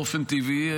באופן טבעי,